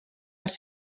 els